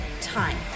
time